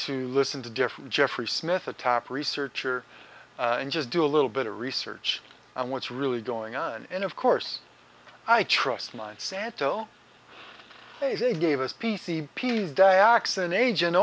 to listen to different jeffrey smith a top researcher and just do a little bit of research on what's really going on and of course i trust monsanto hazing gave us p c p dioxin agent